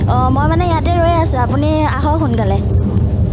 অঁ মই মানে ইয়াতে ৰৈ আছোঁ আপুনি আহক সোনকালে